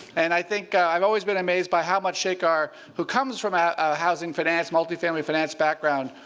and i think i've always been amazed by how much shekar, who comes from a housing finance, multifamily finance background,